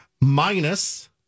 Minus